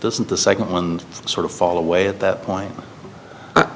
doesn't the second one sort of fall away at that point i